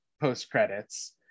post-credits